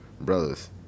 brothers